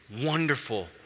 wonderful